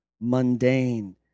mundane